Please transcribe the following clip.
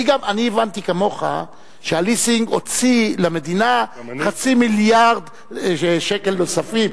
אני הבנתי כמוך שהליסינג הוציא למדינה חצי מיליארד שקל נוספים,